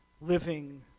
living